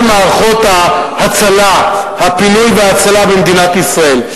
מערכות הפינוי וההצלה במדינת ישראל.